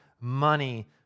money